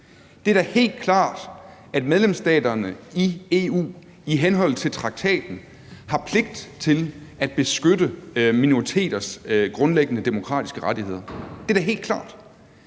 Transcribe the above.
Det er da helt klart, at medlemsstaterne i EU i henhold til traktaten har pligt til at beskytte minoriteters grundlæggende demokratiske rettigheder. Det er da helt klart.